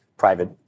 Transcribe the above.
private